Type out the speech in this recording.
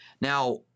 Now